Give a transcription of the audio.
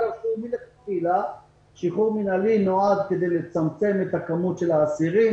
מלכתחילה שחרור מינהלי נועד כדי לצמצם את כמות האסירים